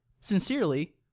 Sincerely